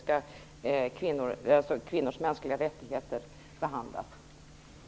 I stället hoppas jag att kvinnors mänskliga rättigheter behandlas i varje avsnitt.